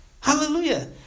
Hallelujah